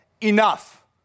enough